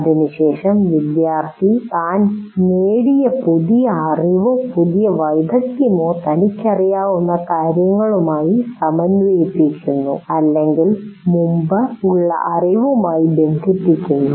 ഇതിനുശേഷം വിദ്യാർത്ഥി താൻ നേടിയ പുതിയ അറിവോ പുതിയ വൈദഗ്ധ്യമോ തനിക്കറിയാവുന്ന കാര്യങ്ങളുമായി സമന്വയിപ്പിക്കുന്നു അല്ലെങ്കിൽ മുമ്പുള്ള അറിവുമായി ബന്ധിപ്പിക്കുന്നു